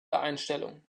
einstellung